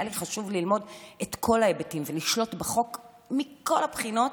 והיה לי חשוב ללמוד את כל ההיבטים ולשלוט בחוק מכל הבחינות,